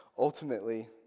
ultimately